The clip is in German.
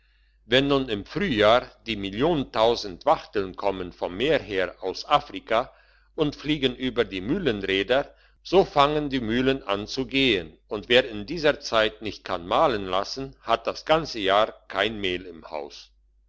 wenn nun im frühjahr die milliontausend wachteln kommen vom meer her aus afrika und fliegen über die mühlenräder so fangen die mühlen an zu gehen und wer in dieser zeit nicht kann mahlen lassen hat das ganze jahr kein mehl im haus